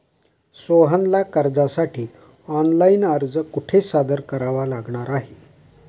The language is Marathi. सोहनला कर्जासाठी ऑनलाइन अर्ज कुठे सादर करावा लागणार आहे?